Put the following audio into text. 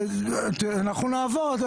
נעבוד,